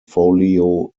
folio